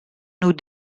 nous